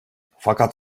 fakat